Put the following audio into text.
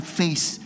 face